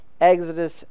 Exodus